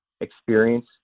experience